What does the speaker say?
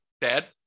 Dad